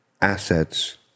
assets